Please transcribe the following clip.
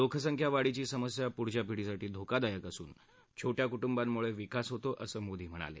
लोकसंख्या वाढीची समस्या पुढच्या पिढीसाठी धोकादायक असून छोट्या कुटुंबामुळे विकास होतो असं मोदी म्हणाले